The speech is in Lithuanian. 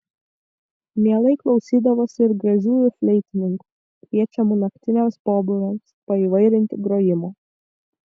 mielai klausydavosi ir gražiųjų fleitininkų kviečiamų naktiniams pobūviams paįvairinti grojimo